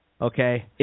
okay